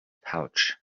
pouch